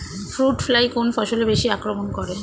Fruit fly কোন ফসলে বেশি আক্রমন করে?